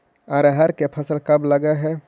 अरहर के फसल कब लग है?